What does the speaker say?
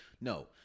no